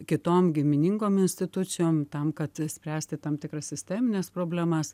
kitom giminingom institucijom tam kad spręsti tam tikras sistemines problemas